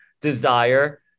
Desire